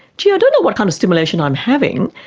gee, i don't know what kind of stimulation i'm having,